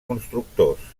constructors